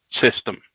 system